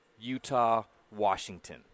Utah-Washington